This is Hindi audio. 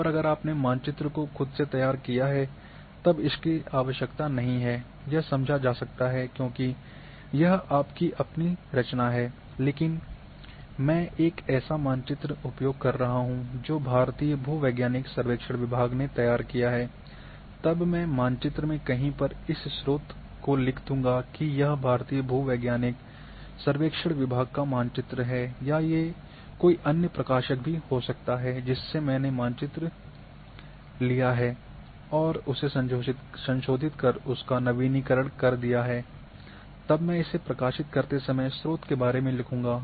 और अगर आपने मानचित्र को खुद से तैयार किया है तब इसकी आवश्यकता नहीं है यह समझा जाता सकता है क्योंकि यह आपकी अपनी रचना है लेकिन अगर मैं एक ऐसा मानचित्र उपयोग कर रहा हूं जो भारतीय भू वैज्ञानिक सर्वेक्षण विभाग ने तैयार किया है तब मैं मानचित्र में कहीं पर इस स्रोत को लिख दूँगा की यह भारतीय भू वैज्ञानिक सर्वेक्षण विभाग का मानचित्र है या ये कोई अन्य प्रकाशक भी हो सकता जिससे मैंने मानचित्र लिया और उसे संशोधित कर उसका नवीनीकरण कर दिया है तब मैं इसे प्रकाशित करते समय स्रोत के बारे में लिख़ुंगा